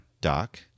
doc